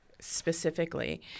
Specifically